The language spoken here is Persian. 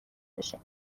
بشه